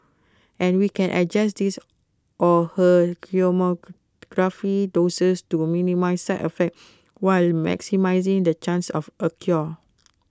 and we can adjust his or her chemotherapy doses to minimise side effects while maximising the chance of A cure